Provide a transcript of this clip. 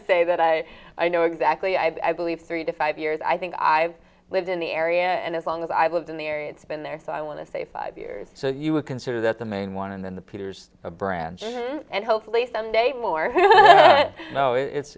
to say that i i know exactly i believe three to five years i think i've lived in the area and as long as i've lived in the area it's been there so i want to say five years you would consider that the main one and then the peter's branches and hopefully sunday more no it